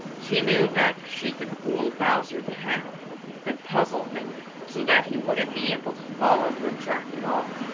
she knew that she could fool bowser the hound and puzzle him so that he wouldn't be able to follow her track at all.